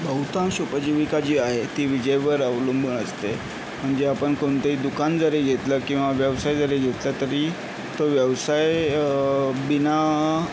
बहुतांश उपजीविका जी आहे ती विजेवर अवलंबून असते म्हणजे आपण कोणतेही दुकान जरी घेतलं किंवा व्यवसाय जरी घेतला तरी तो व्यवसाय बिना